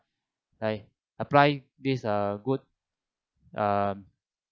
like apply this err good um